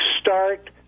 start